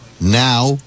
now